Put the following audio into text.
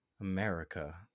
America